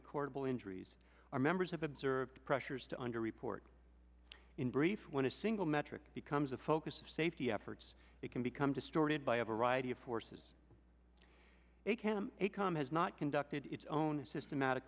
recordable injuries our members have observed pressures to under report in brief when a single metric becomes a focus of safety efforts it can become distorted by a variety of forces a cam a com has not conducted its own a systematic